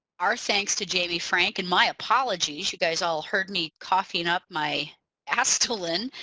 our thanks to jamie frank and my apologies you guys all heard me coughing up my astelin.